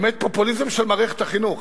באמת, פופוליזם של מערכת החינוך.